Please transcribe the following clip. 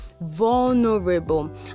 vulnerable